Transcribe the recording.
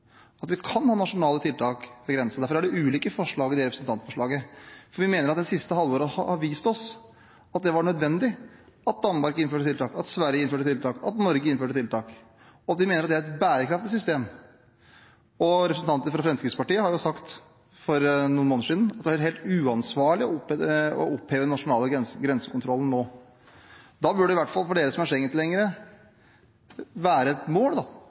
at vi kan ha nasjonale tiltak ved grensen. Derfor er det ulike forslag i det representantforslaget. Vi mener at det siste halvåret har vist oss at det var nødvendig at Danmark innførte tiltak, at Sverige innførte tiltak, at Norge innførte tiltak – vi mener at det er et bærekraftig system. Representanter fra Fremskrittspartiet sa for noen måneder siden at det ville være helt uansvarlig å oppheve den nasjonale grensekontrollen nå. Da bør det i hvert fall for dere som er Schengen-tilhengere, være et mål